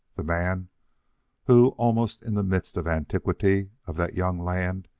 the man who, almost in the midst of antiquity of that young land,